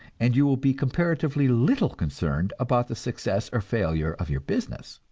and you will be comparatively little concerned about the success or failure of your business.